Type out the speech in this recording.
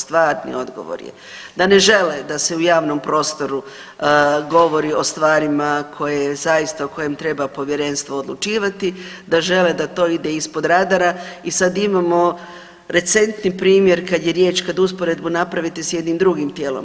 Stvarni odgovor je da ne žele da se u javnom prostoru govori o stvarima koje zaista treba povjerenstvo odlučivati, da žele da to ide ispod radara, i sad imamo recentni primjer kada je riječ, kada usporedbu napravite s nekim drugim tijelom.